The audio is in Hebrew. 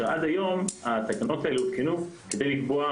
עד היום התקנות האלה הותקנו כדי לקבוע